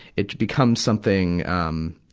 it becomes something, um,